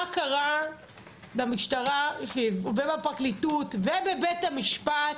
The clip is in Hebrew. מה קרה במשטרה ובפרקליטות ובבית המשפט